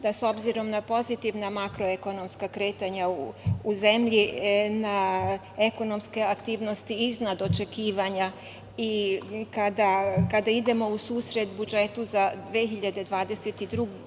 da, s obzirom na pozitivna makroekonomska kretanja u zemlji, na ekonomske aktivnosti iznad očekivanja i kada idemo u susret budžetu za 2022. godinu